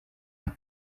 aha